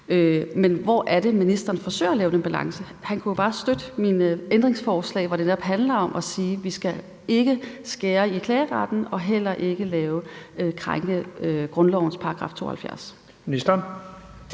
Men hvor er det, ministeren forsøger at skabe den balance? Han kunne jo bare støtte mine ændringsforslag, som netop handler om, at vi ikke skal skære i klageretten og heller ikke krænke grundlovens § 72.